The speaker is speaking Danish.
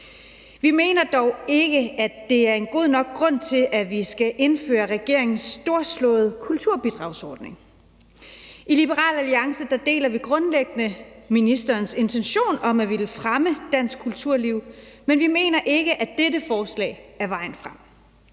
Vi mener dog ikke, at det er en god nok grund til, at vi skal indføre regeringens storslåede kulturbidragsordning. I Liberal Alliance deler vi grundlæggende ministerens intention om at ville fremme dansk kulturliv, men vi mener ikke, at dette forslag er vejen frem.